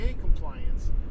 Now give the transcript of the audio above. compliance